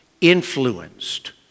influenced